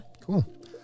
cool